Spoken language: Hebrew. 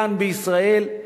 כאן בישראל,